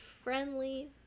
friendly